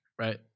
right